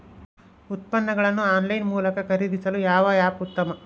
ಉತ್ಪನ್ನಗಳನ್ನು ಆನ್ಲೈನ್ ಮೂಲಕ ಖರೇದಿಸಲು ಯಾವ ಆ್ಯಪ್ ಉತ್ತಮ?